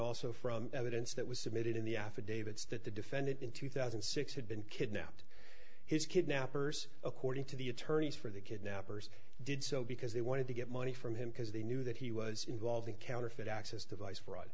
also from evidence that was submitted in the affidavits that the defendant in two thousand and six had been kidnapped his kidnappers according to the attorneys for the kidnappers did so because they wanted to get money from him because they knew that he was involved in counterfeit access device fraud